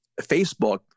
Facebook